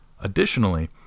Additionally